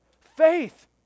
Faith